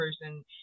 person